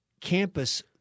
campus